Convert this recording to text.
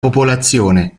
popolazione